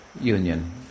union